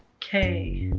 k.